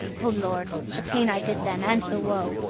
o lord! the pain i did them, and the woe,